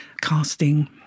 casting